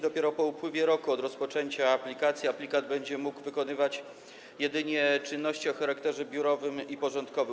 Dopiero po upływie roku od dnia rozpoczęcia aplikacji aplikant będzie mógł wykonywać jedynie czynności o charakterze biurowym i porządkowym.